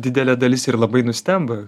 didelė dalis ir labai nustemba